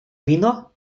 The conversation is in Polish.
wino